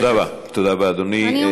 תודה רבה, אדוני.